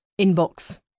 inbox